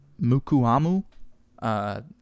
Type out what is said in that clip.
Mukuamu